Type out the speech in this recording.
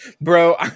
bro